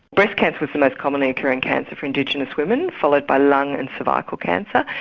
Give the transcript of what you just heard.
breast cancer was the most commonly occurring cancer for indigenous women followed by lung and cervical cancer.